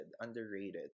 underrated